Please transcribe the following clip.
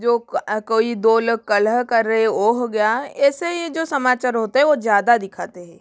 जो कोई दो लोग कलह कर रहे है वो हो गया ऐसे ये जो समाचार होते हे वो ज़्यादा दिखाते है